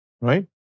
right